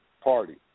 party